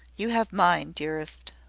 you have mine, dearest.